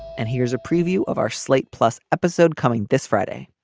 and here's a preview of our slate plus episode coming this friday.